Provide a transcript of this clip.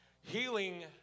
Healing